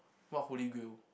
what holy grail